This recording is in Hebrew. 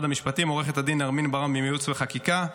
עורכת הדין נרמין ברהום מייעוץ וחקיקה,